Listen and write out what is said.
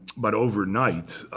but overnight,